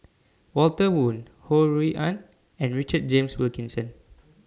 Walter Woon Ho Rui An and Richard James Wilkinson